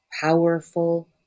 powerful